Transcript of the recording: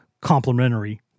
complementary